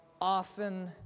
often